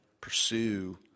pursue